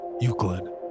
Euclid